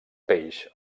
peix